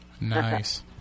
Nice